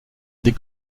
des